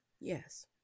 yes